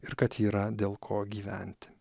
ir kad yra dėl ko gyventi